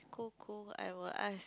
cool cool I will ask